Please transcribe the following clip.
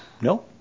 no